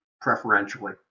preferentially